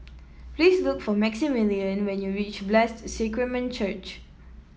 please look for Maximillian when you reach Blessed Sacrament Church